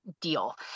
deal